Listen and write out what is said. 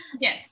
yes